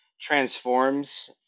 transforms